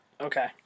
Okay